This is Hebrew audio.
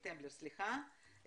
כן,